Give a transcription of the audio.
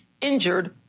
injured